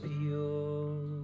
pure